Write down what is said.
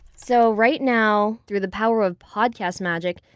so right now, through the power of podcast magic,